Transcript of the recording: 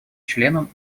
членам